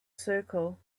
circle